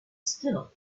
still